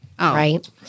Right